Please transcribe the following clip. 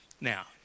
Now